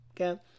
Okay